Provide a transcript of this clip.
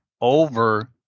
over